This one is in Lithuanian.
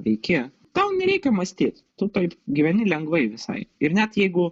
veiki tau nereikia mąstyt tu taip gyveni lengvai visai ir net jeigu